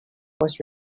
was